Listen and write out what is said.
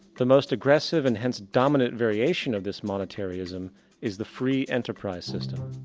the most agressive and hence dominant variation of this monetary-ism is the free enterprise system.